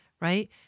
right